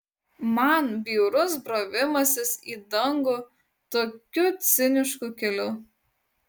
man bjaurus brovimasis į dangų tokiu cinišku keliu